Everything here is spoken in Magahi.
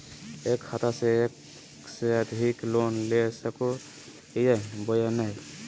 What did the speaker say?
एक खाता से एक से अधिक लोन ले सको हियय बोया नय?